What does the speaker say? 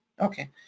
Okay